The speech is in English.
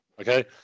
okay